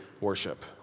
worship